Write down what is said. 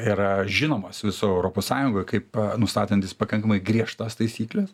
yra žinomas visoj europos sąjungoj kaip nustatantis pakankamai griežtas taisykles